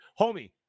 Homie